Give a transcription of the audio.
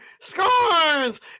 scores